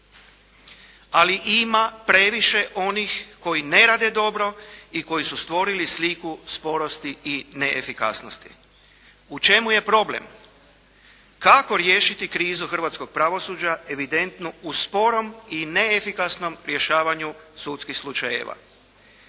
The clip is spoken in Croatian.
Ali ima previše onih koji ne rade dobro i koji su stvorili sliku sporosti i neefikasnosti. U čemu je problem? Kako riješiti krizu hrvatskog pravosuđa evidentnu u sporom i neefikasnom rješavanju sudskih slučajeva.